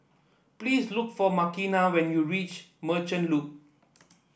please look for Makena when you reach Merchant Loop